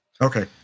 Okay